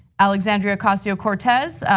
alexandria ocasio-cortez,